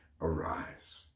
arise